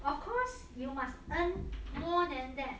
of course you must earn more than that